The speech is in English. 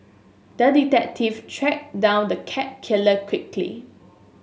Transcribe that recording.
the detective tracked down the cat killer quickly